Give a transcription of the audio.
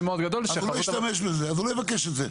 מאוד גדול --- אז הוא לא יבקש את זה,